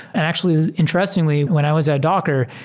and actually, interestingly when i was at docker,